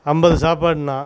ஐம்பது சாப்பாடுண்ணா